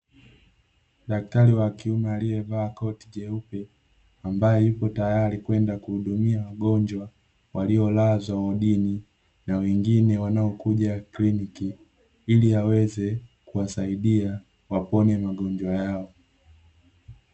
Daktari wa kiume aliyevaa koti jeupe, ambaye yupo tayari kwenda kuhudumia wagonjwa, waliolazwa wodini, na wengine wanaokuja kliniki, ili aweze kuwasaidia wapone magonjwa yao.